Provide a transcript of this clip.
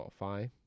Spotify